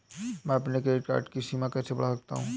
मैं अपने credit card की सीमा कैसे बढ़ा सकता हूँ?